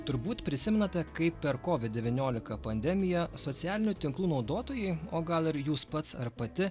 turbūt prisimenate kaip per covid devyniolika pandemiją socialinių tinklų naudotojai o gal ir jūs pats ar pati